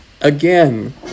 again